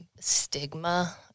stigma